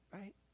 right